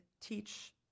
teach